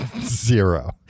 Zero